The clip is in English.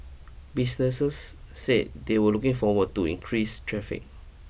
businesses said they were looking forward to increase traffic